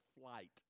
flight